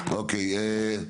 אוקיי.